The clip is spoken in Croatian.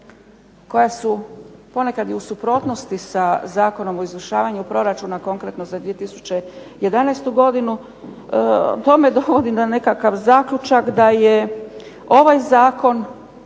koja su ponekad u suprotnosti sa Zakonom o izvršavanju proračuna konkretno za 2011. godinu to me dovodi na nekakav zaključak da je ovaj zakon